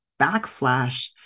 backslash